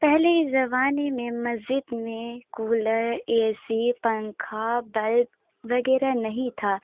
پہلے کے زمانے میں مسجد میں کولر اے سی پنکھا بلب وغیرہ نہیں تھا